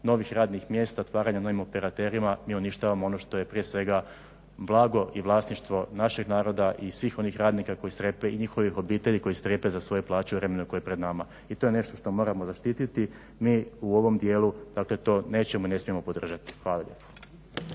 novih radnih mjesta, otvaranja novim operaterima mi uništavamo ono što je prije svega blago i vlasništvo našeg naroda i svih onih radnika koji strepe i njihovih obitelji koji strepe za svoje plaće u vremenu koje je pred nama i to je nešto što moramo zaštititi. Mi u ovom dijelu dakle to nećemo i ne smijemo podržati. Hvala